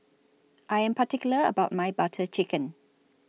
I Am particular about My Butter Chicken